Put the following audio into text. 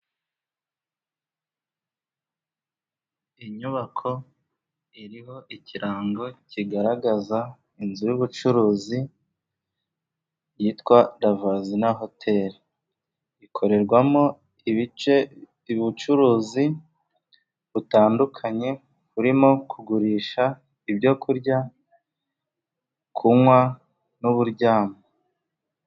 Inyubako iriho ikirango kigaragaza inzu y'ubucuruzi yitwa Lavazina hoteli, ikorerwamo ibice ubucuruzi butandukanye burimo kugurisha ibyo kurya, kunywa n'uburyamo.